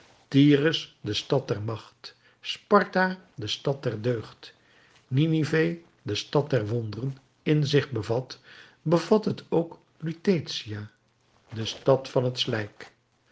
tyrus de stad der macht sparta de stad der deugd ninivé de stad der wonderen in zich bevat bevat het ook lutetia de stad van het slijk